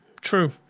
True